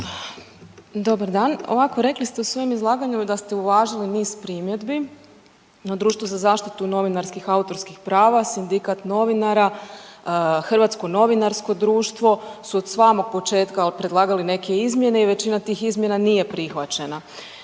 Dobar dan. Ovako rekli ste u svojem izlaganju da ste uvažili niz primjedbi, no Društvo za zaštitu novinarskih autorskih prava, Sindikat novinara, Hrvatsko novinarsko društvo su od samog početka predlagali neke izmjene i većina tih izmjena nije prihvaćena.